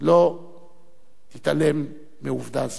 לא תתעלם מעובדה זו.